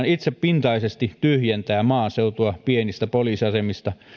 itsepintaisesti tyhjentää maaseutua pienistä poliisiasemista